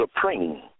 supreme